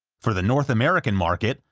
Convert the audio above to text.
for the north american market,